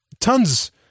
tons